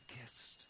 kissed